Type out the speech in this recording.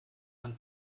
ein